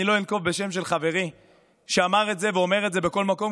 אני לא אנקוב בשם של חברי שאמר את זה ואומר את זה בכל מקום,